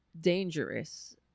dangerous